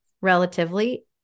relatively